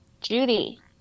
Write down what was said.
Judy